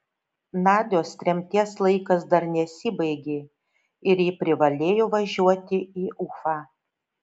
nadios tremties laikas dar nesibaigė ir ji privalėjo važiuoti į ufą